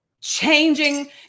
changing